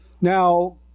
Now